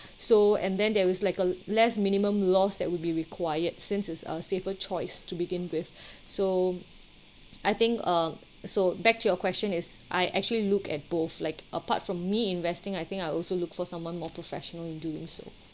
so and then there was like a less minimum loss that would be required since it's a safer choice to begin with so I think uh so back to your question is I actually look at both like apart from me investing I think I also look for someone more professional in doing so